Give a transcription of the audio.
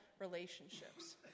relationships